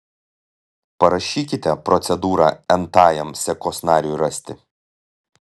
parašykite procedūrą n tajam sekos nariui rasti